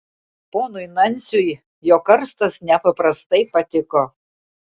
ponui nansiui jo karstas nepaprastai patiko